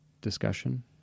discussion